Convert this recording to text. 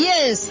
Yes